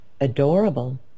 adorable